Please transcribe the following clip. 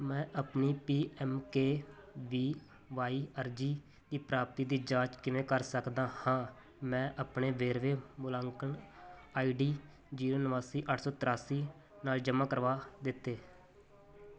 ਮੈਂ ਆਪਣੀ P M K V Y ਅਰਜ਼ੀ ਦੀ ਪ੍ਰਾਪਤੀ ਦੀ ਜਾਂਚ ਕਿਵੇਂ ਕਰ ਸਕਦਾ ਹਾਂ ਮੈਂ ਆਪਣੇ ਵੇਰਵੇ ਮੁਲਾਂਕਣ ਆਈ ਡੀ ਜੀਰੋ ਉਨਾਸੀ ਅੱਠ ਸੌ ਤਰਾਸੀ ਨਾਲ ਜਮ੍ਹਾਂ ਕਰਵਾ ਦਿੱਤੇ